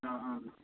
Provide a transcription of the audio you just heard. অঁ অঁ